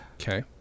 Okay